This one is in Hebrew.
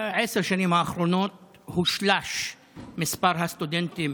בעשר השנים האחרונות שולש מספר הסטודנטים